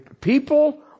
people